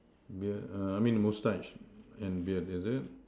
beard uh I mean moustache and beard is it